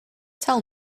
tell